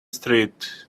street